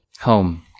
home